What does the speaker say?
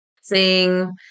sing